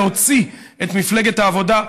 להוציא את מפלגת העבודה,